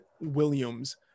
Williams